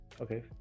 okay